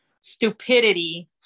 stupidity